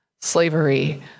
slavery